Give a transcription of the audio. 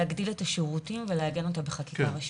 להגדיל את השירותים ולעגן אותם בחקיקה ראשית.